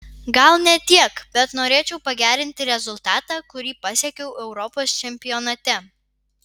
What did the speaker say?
gal ne tiek bet norėčiau pagerinti rezultatą kurį pasiekiau europos čempionate